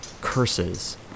curses